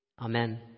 Amen